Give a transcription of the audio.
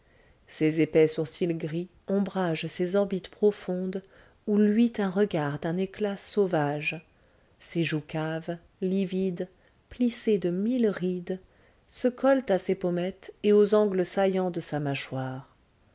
ses épais sourcils gris ombragent ses orbites profondes où luit un regard d'un éclat sauvage ses joues caves livides plissées de mille rides se collent à ses pommettes et aux angles saillants de sa mâchoire